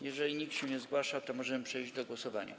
Jeżeli nikt się nie zgłasza, to możemy przejść do głosowania.